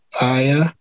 Aya